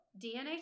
DNA